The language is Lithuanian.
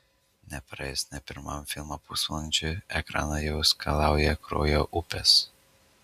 nepraėjus nė pirmam filmo pusvalandžiui ekraną jau skalauja kraujo upės